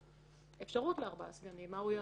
רואים את זה בעיניים,